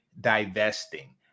divesting